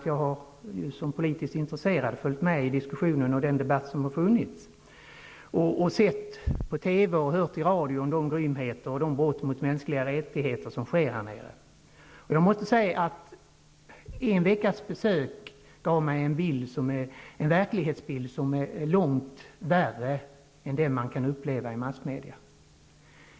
Jag har som politiskt intresserad följt den debatt som har förts och på TV och radio fått information om de grymheter och brott mot mänskliga rättigheter som begås där nere. En veckas besök gav mig en verklighetsbild som är långt värre än den som man kan uppleva i massmedia.